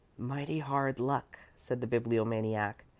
mighty hard luck, said the bibliomaniac.